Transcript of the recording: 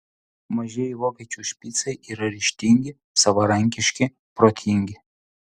mažieji vokiečių špicai yra ryžtingi savarankiški protingi